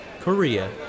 Korea